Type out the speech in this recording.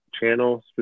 channel